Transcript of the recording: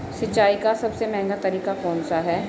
सिंचाई का सबसे महंगा तरीका कौन सा है?